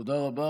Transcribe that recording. תודה רבה.